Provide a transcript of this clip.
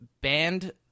banned